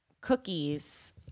cookies